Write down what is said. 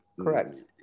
Correct